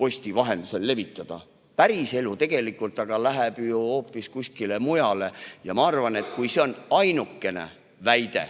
posti vahendusel levitada. Päriselu tegelikult aga läheb hoopis kuskile mujale. Ma arvan, et kui ainuke väide,